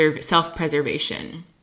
self-preservation